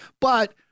but-